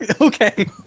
Okay